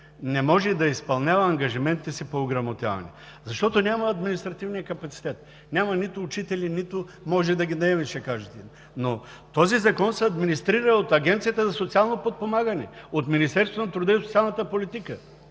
не може да изпълнява ангажиментите си по ограмотяване? Защото няма административния капацитет – няма нито учители, нито може да ги наемем, ще кажете. Но този закон се администрира от Агенцията за социално подпомагане, от Министерството на труда и социалната политика.